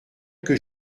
que